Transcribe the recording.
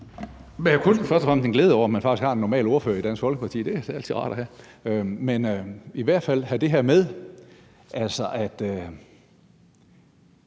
Jeg kan først og fremmest udtrykke glæde over, at man faktisk har en normal ordfører i Dansk Folkeparti – det er altid rart at have. Men det her med, at